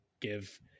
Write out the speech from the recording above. give